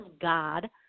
God